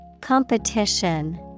Competition